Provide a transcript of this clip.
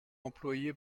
employé